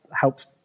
helps